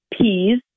peas